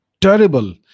terrible